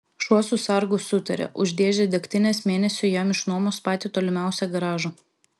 šuo su sargu sutarė už dėžę degtinės mėnesiui jam išnuomos patį tolimiausią garažą